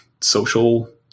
social